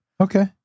Okay